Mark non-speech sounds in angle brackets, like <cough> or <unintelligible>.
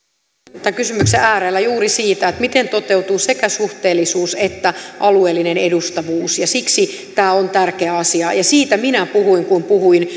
luokan kysymyksen äärellä juuri siinä miten toteutuu sekä suhteellisuus että alueellinen edustavuus ja siksi tämä on tärkeä asia siitä minä puhuin kun puhuin <unintelligible>